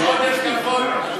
מאיר כהן.